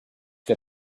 got